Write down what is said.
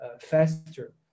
faster